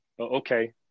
okay